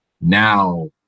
Now